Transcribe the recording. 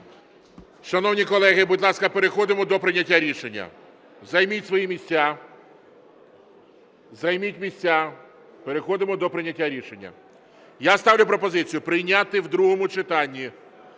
Шановні колеги, будь ласка, переходимо до прийняття рішення. Займіть свої місця. Займіть місця, переходимо до прийняття рішення. Я ставлю пропозицію прийняти в другому читанні